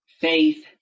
Faith